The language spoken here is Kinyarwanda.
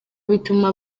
bituma